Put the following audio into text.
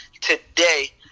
Today